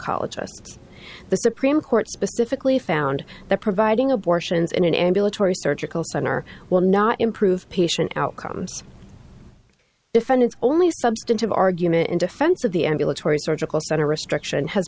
s the supreme court specifically found that providing abortions in an ambulatory surgical center will not improve patient outcomes defendants only substantive argument in defense of the ambulatory surgical center restriction has